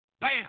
Bam